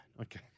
Okay